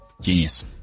Genius